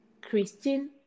Christine